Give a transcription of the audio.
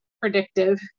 predictive